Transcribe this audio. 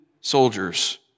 soldiers